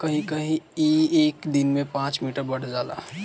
कहीं कहीं ई एक दिन में पाँच मीटर बढ़ जाला